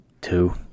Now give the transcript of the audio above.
Two